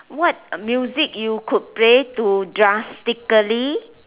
what music you could play to drastically